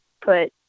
put